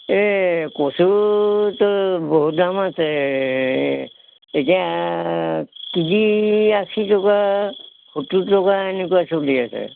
এই কচুটো বহুত দাম আছে এতিয়া কেজি আশী টকা সত্তৰ টকা এনেকুৱা চলি আছে